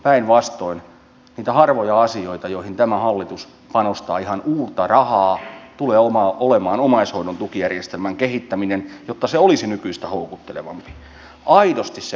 päinvastoin niitä harvoja asioita joihin tämä hallitus panostaa ihan uutta rahaa tulee olemaan omaishoidon tukijärjestelmän kehittäminen jotta se olisi nykyistä houkuttelevampi aidosti se vaihtoehto